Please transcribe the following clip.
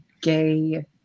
gay